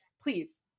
please